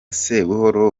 sebuhoro